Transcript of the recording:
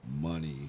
money